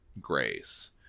Grace